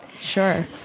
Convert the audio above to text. Sure